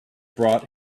brought